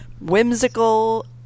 whimsical